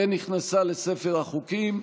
ונכנסה לספר החוקים.